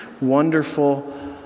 Wonderful